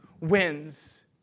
wins